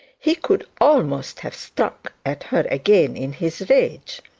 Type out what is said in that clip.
he could almost have struck at her again in his rage.